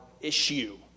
issue